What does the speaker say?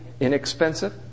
inexpensive